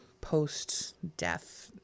post-death